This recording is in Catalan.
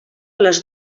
les